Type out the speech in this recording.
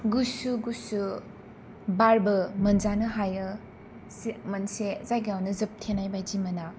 गुसु गुसु बारबो मोनजानो हायो मोनसे जायगायावनो जोबथेनाय बायदि मोना